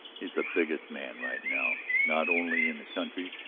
he's the biggest man right now, not only in the country,